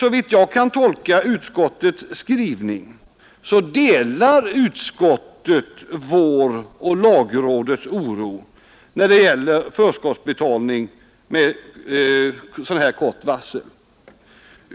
Om jag har tolkat utskottets skrivning rätt delar utskottet vår och lagrådets oro när det gäller förskottsbetalning med kort varsel.